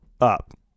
up